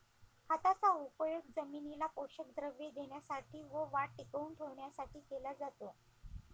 खताचा उपयोग जमिनीला पोषक द्रव्ये देण्यासाठी व वाढ टिकवून ठेवण्यासाठी केला जातो